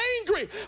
angry